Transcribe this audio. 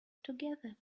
together